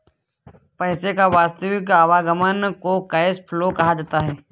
पैसे का वास्तविक आवागमन को कैश फ्लो कहा जाता है